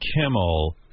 Kimmel